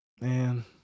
Man